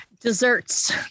Desserts